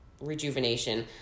rejuvenation